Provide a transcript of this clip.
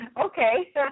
Okay